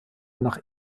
nach